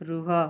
ରୁହ